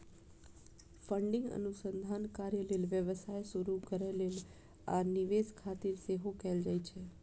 funding अनुसंधान कार्य लेल, व्यवसाय शुरू करै लेल, आ निवेश खातिर सेहो कैल जाइ छै